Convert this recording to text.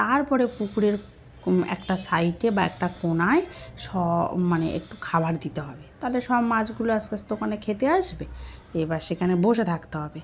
তারপরে পুকুরের একটা সাইডে বা একটা কোনায় সব মানে একটু খাবার দিতে হবে তাহলে সব মাছগুলো আস্তে আস্তে ওখানে খেতে আসবে এবার সেখানে বসে থাকতে হবে